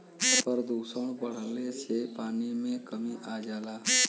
प्रदुषण बढ़ले से पानी में कमी आ जाला